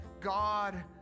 God